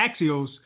Axios